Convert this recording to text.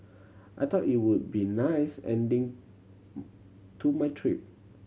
I thought it would be nice ending to my trip